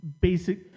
basic